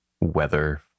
weather